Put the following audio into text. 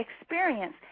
experience